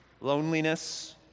loneliness